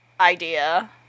idea